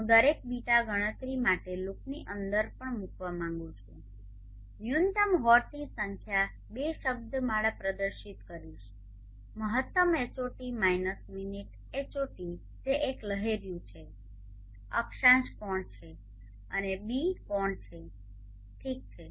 હું દરેક બીટા ગણતરી માટે લૂપની અંદર પણ મૂકવા માંગુ છું ન્યૂનતમ Hot ની સંખ્યા 2 શબ્દમાળા પ્રદર્શિત કરીશ મહત્તમ Hot માઇનસ મિનિટ Hot જે એચ લહેરિયું છે અક્ષાંશ કોણ છે અને ß કોણ છે ઠીક છે